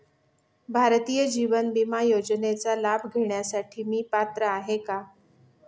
भारतीय जीवन विमा योजनेचा लाभ घेण्यासाठी मी पात्र आहे का?